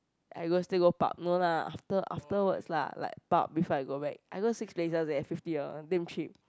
I go still go pub no lah after afterwards lah like pub before I go back I go six places eh fifty dollar damn cheap